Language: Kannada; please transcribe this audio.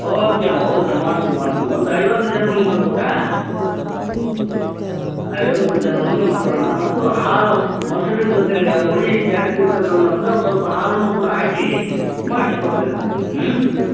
ಓಕೆ ಅಮ್ಮ ಓಕೆ ಮಾಡ್ತಿವಿ ಮಾಡ್ತಿವಿ ಒಂದು ಐವತ್ತು ಜನಗುಳಿಗೆ ಮಾಡ್ಬೇಕ ಐವತ್ತು ಜನಗಳಿಗೆ ಮೊಸರನ್ನ ಮತ್ತು ಹಾಲು ಮೊಸ್ರಿನ ಜೊತೇಲೆ ಅವು ಹುಳಿ ಜಾಸ್ತಿ ಇರ್ತದೆ ಅನ್ನದಕ್ಕೆ ಒಂದು ಸ್ವಲ್ಪ ಹಾಲನ್ನು ಕೂಡ ಹಾಕಿ ಮಾಡಿಸಿ ಕೊಡ್ತೀರಿ ನೀವು